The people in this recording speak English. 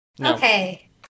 Okay